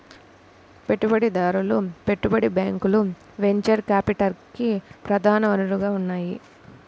పెట్టుబడిదారులు, పెట్టుబడి బ్యాంకులు వెంచర్ క్యాపిటల్కి ప్రధాన వనరుగా ఉన్నాయి